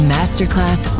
Masterclass